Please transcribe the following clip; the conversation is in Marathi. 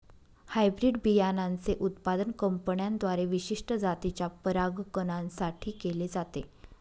हायब्रीड बियाणांचे उत्पादन कंपन्यांद्वारे विशिष्ट जातीच्या परागकणां साठी केले जाते